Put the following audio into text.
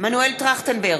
מנואל טרכטנברג,